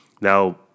Now